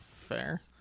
Fair